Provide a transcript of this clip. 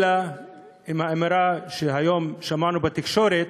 אלא אם האמירה שהיום שמענו בתקשורת,